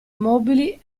mobili